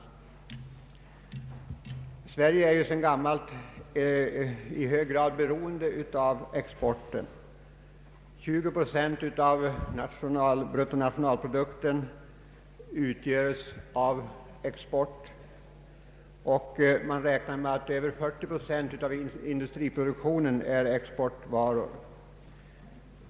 Sverige är ju sedan gammalt i hög grad beroende av exporten. 20 procent av bruttonationalprodukten går på export, och man räknar med att över 40 procent av industriproduktionen består av exportvaror.